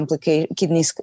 kidney